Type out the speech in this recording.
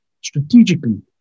strategically